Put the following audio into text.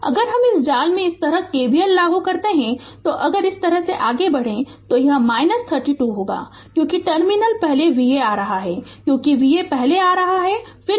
तो अगर हम इस जाल में इस तरह KVL लागू करता हूं तो अगर इस तरह से आगे बढ़ें तो यह 32 होगा क्योंकि टर्मिनल पहले Va आ रहे हैं क्योंकि Va पहले आ रहा है